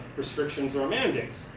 restrictions, or mandates.